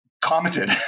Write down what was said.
commented